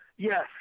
Yes